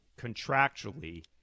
contractually